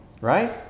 right